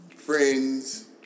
Friends